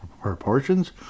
proportions